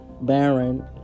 Baron